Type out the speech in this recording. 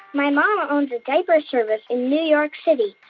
my mom owns a diaper service in new york city.